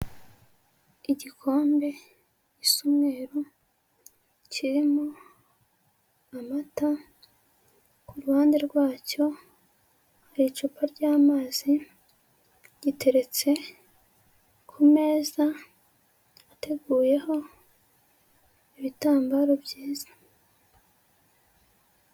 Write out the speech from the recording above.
Igikombe gisa umweru kirimo amata, ku ruhande rwacyo hari icupa ry'amazi giteretse ku meza ateguyeho ibitambaro byiza.